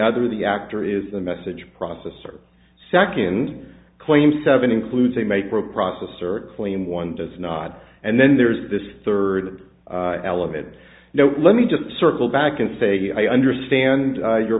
other the actor is the message processor second claim seven includes a make for a processor a clean one does not and then there is this third element no let me just circle back and say d i understand your